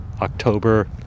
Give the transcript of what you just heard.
October